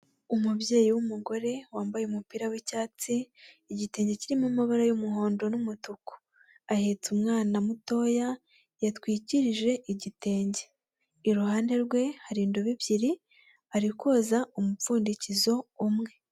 Umubyeyi w'umugore wambaye umupira w'icyatsi, igitenge kirimo amabara y'umuhondo n'umutuku, ahetse umwana mutoya yatwikirije igitenge, iruhande rwe hari indobo ebyiri ari koza umupfundikizo umwe.